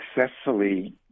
successfully